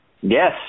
Yes